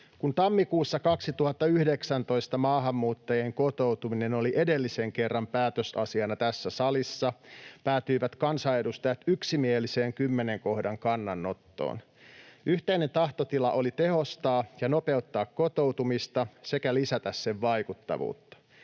puhemies! Kun maahanmuuttajien kotoutuminen oli edellisen kerran tammikuussa 2019 päätösasiana tässä salissa, päätyivät kansanedustajat yksimieliseen kymmenen kohdan kannanottoon. Yhteinen tahtotila oli tehostaa ja nopeuttaa kotoutumista sekä lisätä sen vaikuttavuutta.